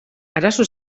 arazo